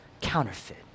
counterfeit